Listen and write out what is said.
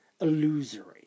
illusory